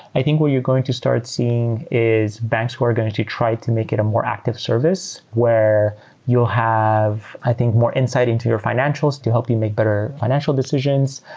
i think where you're going to start seeing is banks who are going to to try to make it a more active service where you'll have i think more insight into your financials to help you make better financial decisions.